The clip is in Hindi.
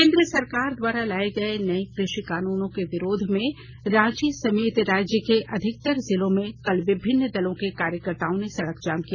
केंद्र सरकार द्वारा लाए गए नए कृषि कानूनों के विरोध में रांची समेत राज्य के अधिकतर जिलों में कल विभिन्न दलों के कार्यकर्ताओं ने सड़क जाम किया